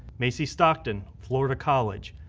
macie stockton, florida college,